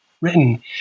written